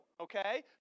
okay